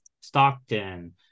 Stockton